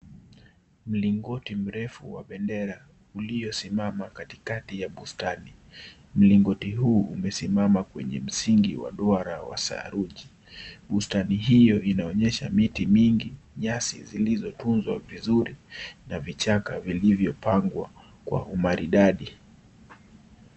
Milingoti mrefu wa bendera uliyo simama katikati ya bustani, mlingoti huu umesimama kwenye msingi wa duara wa saaruji. Ustadi hiyo inaonyesha miti mingi, nyasi zilizotunzwa vizuri na vichaka vilivyo pambwa kwa umaridadi.